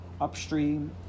upstream